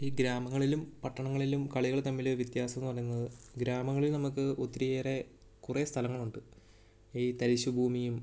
ഈ ഗ്രാമങ്ങളിലും പട്ടണങ്ങളിലും കളികൾ തമ്മിൽ വ്യത്യാസം എന്നു പറയുന്നത് ഗ്രാമങ്ങളിൽ നമുക്ക് ഒത്തിരിയേറെ കുറേ സ്ഥലങ്ങളുണ്ട് ഈ തരിശ്ശുഭൂമിയും